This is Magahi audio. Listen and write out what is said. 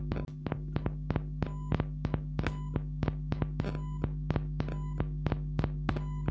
मसुरिया के कौन सा बिजबा रोप हखिन?